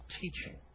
teaching